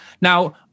Now